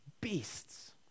beasts